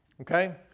Okay